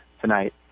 tonight